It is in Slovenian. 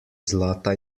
zlata